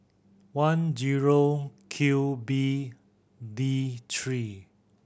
one zero Q B D three